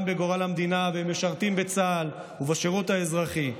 בגורל המדינה והם משרתים בצה"ל ובשירות האזרחי,